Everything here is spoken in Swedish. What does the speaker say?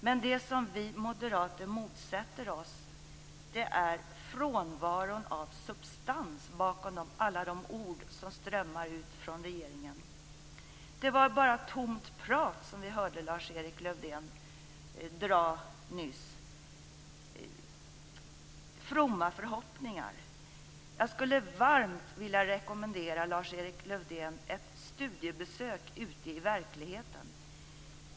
Men det som vi moderater motsätter oss är frånvaron av substans bakom alla de ord som strömmar ut från regeringen. Det var bara tomt prat och fromma förhoppningar som vi hörde från Lars-Erik Lövdén nyss. Jag skulle varmt vilja rekommendera Lars-Erik Lövdén ett studiebesök ute i verkligheten.